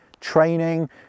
training